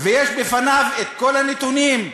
יש בפניו כל הנתונים,